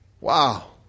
Wow